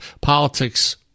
politics